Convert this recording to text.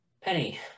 Penny